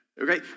Okay